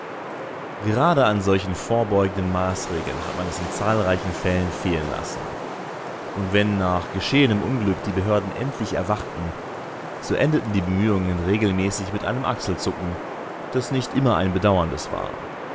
gerade an solchen vorbeugenden maßregeln hat man es in zahlreichen fällen fehlen lassen und wenn nach geschehenem unglück die behörden endlich erwachten so endeten die bemühungen regelmäßig mit einem achselzucken das nicht immer ein bedauerndes war